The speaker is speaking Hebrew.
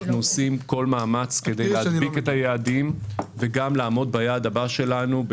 אנחנו עושים כל מאמץ כדי להדביק את היעדים וגם לעמוד ביעד הבא שלנו,